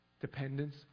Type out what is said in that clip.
Dependence